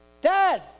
Dad